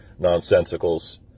nonsensicals